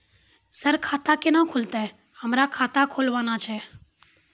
Sir खाता केना खुलतै, हमरा खाता खोलवाना छै?